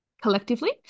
collectively